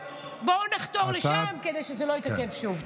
יפה, בואו נחתור לשם, כדי שזה לא יתעכב שוב.